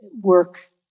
work